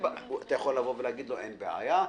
אין בעיה,